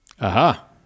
Aha